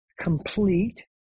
Complete